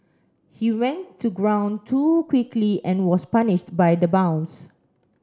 he went to ground too quickly and was punished by the bounce